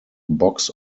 box